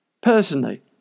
Personally